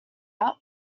out